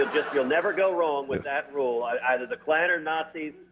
will never go wrong with that rule. either the klan or nazis,